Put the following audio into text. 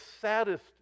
saddest